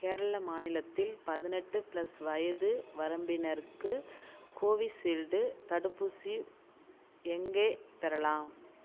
கேரள மாநிலத்தில் பதினெட்டு பிளஸ் வயது வரம்பினருக்கு கோவிஷீல்டு தடுப்பூசி எங்கே பெறலாம்